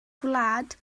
gwlad